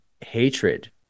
hatred